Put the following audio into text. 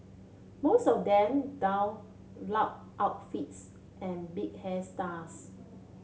most of them don loud outfits and big hairstyles